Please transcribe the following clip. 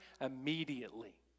immediately